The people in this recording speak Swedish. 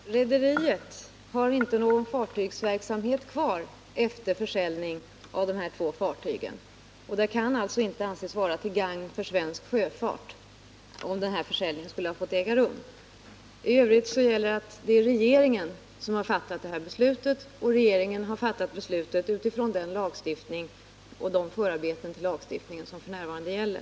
Herr talman! Rederiet har inte någon fartygsverksamhet kvar efter försäljning av dessa fartyg, och det kan alltså inte anses vara till gagn för svensk sjöfart, om denna försäljning skulle ha fått äga rum. I övrigt gäller att det är regeringen som har fattat beslutet i fråga, och den har gjort det med utgångspunkt från den lagstiftning och de förarbeten till denna lagstiftning som f. n. gäller.